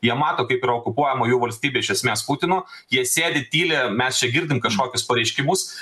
jie mato kaip yra okupuojama jų valstybė iš esmės putino jie sėdi tyli mes čia girdim kažkokius pareiškimus